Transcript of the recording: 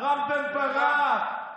הרי אתה הצבעת נגד, אתה, רם בן ברק.